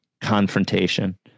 confrontation